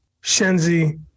Shenzi